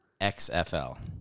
XFL